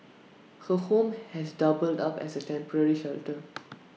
her home has doubled up as A temporary shelter